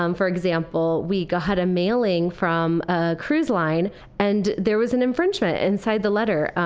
um for example, we got a mailing from a cruise line and there was an infringement inside the letter.